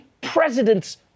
President's